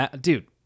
Dude